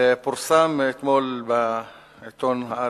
אתמול פורסם בעיתון "הארץ"